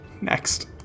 Next